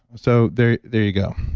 so there there you go.